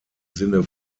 sinne